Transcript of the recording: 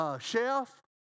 Chef